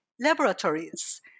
laboratories